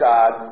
God